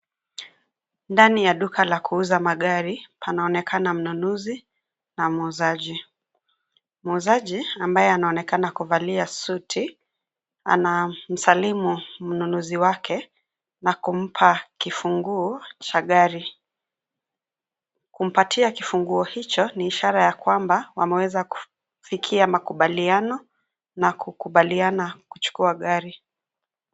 Ndani ya duka la kuuza magari, panaonekana mnunuzi, na muuzaji. Muuzaji, ambaye anaonekana kuvalia suti, ana, msalimu, mnunuzi wake, na kumpa, kifunguo, cha gari. Kumpatia kifunguo hicho ni ishara ya kwamba wanaweza kufikia makubaliano, na kukubaliana kuchukua gari.